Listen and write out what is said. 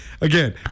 again